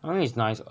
I mean is nice [what]